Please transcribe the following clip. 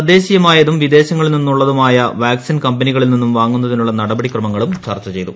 തദ്ദേശീയമായതും വിദേശങ്ങളിൽ നിന്നുള്ളതുമായ വാക്സിൻ കമ്പനികളിൽ നിന്നും വാങ്ങുന്നതിനുള്ള നടപടിക്രമങ്ങളും ചർച്ച ചെയ്തു